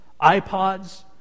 iPods